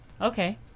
Okay